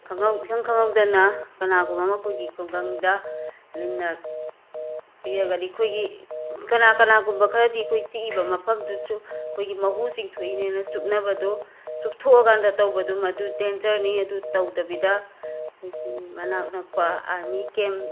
ꯈꯪꯍꯧ ꯏꯈꯪ ꯈꯪꯍꯧꯗꯅ ꯀꯅꯥꯒꯨꯝꯕꯃ ꯑꯩꯈꯣꯏꯒꯤ ꯈꯨꯡꯒꯪꯗ ꯂꯤꯟꯅ ꯆꯤꯛꯂꯒꯗꯤ ꯑꯩꯈꯣꯏꯒꯤ ꯀꯅꯥ ꯀꯅꯥꯒꯨꯝꯕ ꯈꯔꯗꯤ ꯑꯩꯈꯣꯏꯗ ꯆꯤꯛꯏꯕ ꯃꯐꯝꯗꯨꯁꯨ ꯑꯩꯈꯣꯏꯒꯤ ꯃꯍꯨ ꯆꯤꯡꯊꯣꯛꯂꯤꯅꯦꯅ ꯆꯨꯞꯅꯕꯗꯨ ꯆꯨꯞꯊꯣꯛꯂꯀꯥꯟꯗ ꯇꯧꯕꯗꯨ ꯃꯗꯨ ꯗꯦꯟꯖꯔꯅꯤ ꯑꯗꯨ ꯇꯧꯗꯕꯤꯗ ꯑꯩꯈꯣꯏꯒꯤ ꯃꯅꯥꯛ ꯅꯛꯄ ꯑꯥꯔꯃꯤ ꯀꯦꯝꯞ